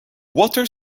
water